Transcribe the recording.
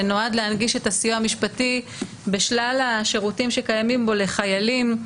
שנועד להנגיש את הסיוע המשפטי לשלל השירותים שקיימים בו לחיילים.